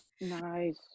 Nice